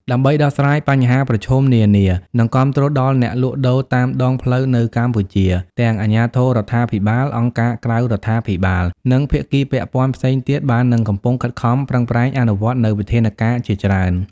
ដើម្បីដោះស្រាយបញ្ហាប្រឈមនានា និងគាំទ្រដល់អ្នកលក់ដូរតាមដងផ្លូវនៅកម្ពុជា ទាំងអាជ្ញាធររដ្ឋាភិបាល អង្គការក្រៅរដ្ឋាភិបាល និងភាគីពាក់ព័ន្ធផ្សេងទៀត បាននិងកំពុងខិតខំប្រឹងប្រែងអនុវត្តនូវវិធានការជាច្រើន ។